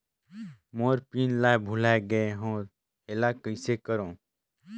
मोर pin ला भुला गे हो एला कइसे करो?